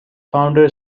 founder